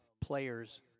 players